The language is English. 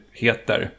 heter